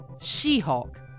She-Hulk